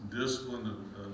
discipline